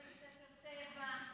בתי ספר של טבע,